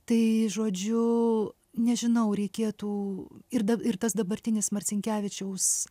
tai žodžiu nežinau reikėtų ir da ir tas dabartinis marcinkevičiaus